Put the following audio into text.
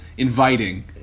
Inviting